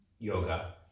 yoga